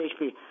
HP